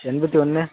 எண்பத்தி ஒன்று